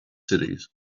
cities